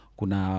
kuna